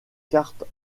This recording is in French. cartes